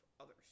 others